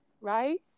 right